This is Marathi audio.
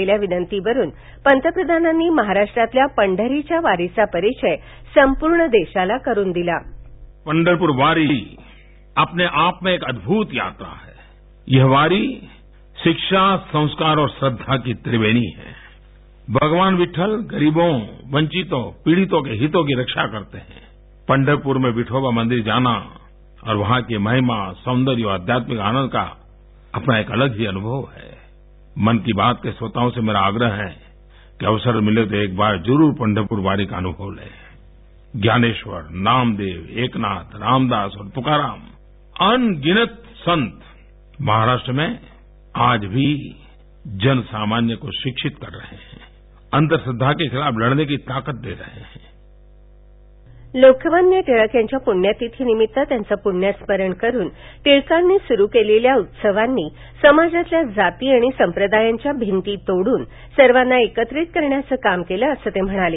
उल्लेख केलाविनंतीवरून पंतप्रधानांनी महाराष्ट्रातल्या पंढरीच्या वारीचा परिचय संपूर्ण देशाला करून दिला पंढरपूर वारी अपनेआप में एक अड्वत यात्रा है यह वारी शिक्षा संस्कार और श्रद्धा की त्रिवेणी है भगवान विठ्ठल गरिबों वंचितो पीडितों की हितों की रक्षा करते हैं पंढरप्र मे विठोबा मंदिर जाना और वहा की महिमा सौंदर्य और आध्यात्मिक आनंद का अपना एक अलग ही अनुभव है मन की बात के श्रोताओं से मेरा आग्रह है की अवसर मिले तो एक बार जरुर पंढरपुर वारी का अनुभव ले ज्ञानेश्वर नामदेव एकनाथ रामदास तुकाराम अनगिनत संत महाराष्ट्र में आज भी जनसामान्य को शिक्षीत कर रहें हैं अंधश्रद्वा के खिलाफ लढने की ताकद दे रहे हैं लोकमान्य टिळक यांच्या पुण्यतिथीनिमित्त त्यांचं पुण्यस्मरण करून टिळकांनी सुरू केलेल्या उत्सवांमुळे समाजातल्या जाती आणि संप्रदायांच्या भिंती तोडून सर्वांना एकत्रित करण्याचं काम केलं असं ते म्हणाले